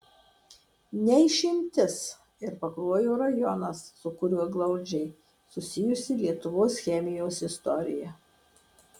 ne išimtis ir pakruojo rajonas su kuriuo glaudžiai susijusi lietuvos chemijos istorija